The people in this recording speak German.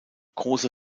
große